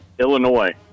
Illinois